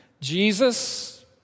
Jesus